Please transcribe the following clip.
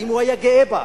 האם הוא היה גאה בה?